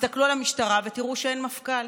תסתכלו על המשטרה ותראו שאין מפכ"ל.